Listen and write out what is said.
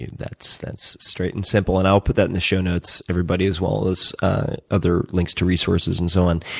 that's that's straight and simple and i'll put that in the show notes, everybody, as well as other links to resources and so on.